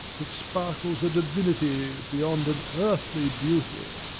that sparkles a divinity, beyond an earthly beauty!